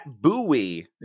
buoy